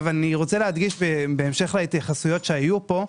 בהמשך להתייחסויות שהיו פה,